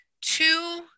two